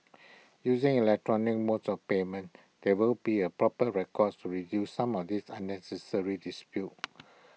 using electronic modes of payment there will be A proper records to reduce some of these unnecessary disputes